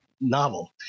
Novel